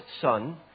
Son